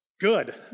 Good